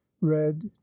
red